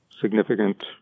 significant